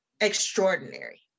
extraordinary